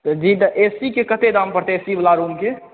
जी तऽ A C के कते दाम पड़तै ए सी बला रूम के